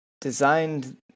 designed